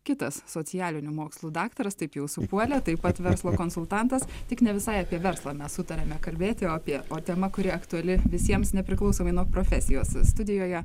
kitas socialinių mokslų daktaras taip jau supuolė taip pat verslo konsultantas tik ne visai apie verslą mes sutarėme kalbėti apie o tema kuri aktuali visiems nepriklausomai nuo profesijos studijoje